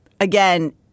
again